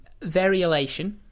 variolation